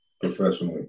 professionally